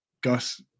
Gus